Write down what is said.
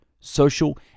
social